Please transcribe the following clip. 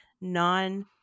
non